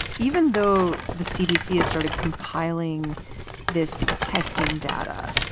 even though the cdc has started compiling this testing data,